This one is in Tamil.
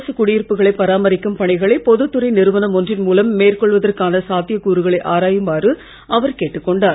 அரசுக் குடியிருப்புகளை பராமரிக்கும் பணிகளை பொதுத்துறை நிறுவனம் ஒன்றின் மூலம் மேற்கொள்வதற்கான சாத்தியக் கூறுகளை ஆராயுமாறு அவர் கேட்டுக் கொண்டார்